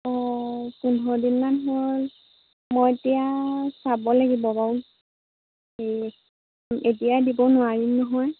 অঁ পোন্ধৰ দিনমান হ'ল মই এতিয়া চাব লাগিব বাৰু এতিয়াই দিব নোৱাৰিম নহয়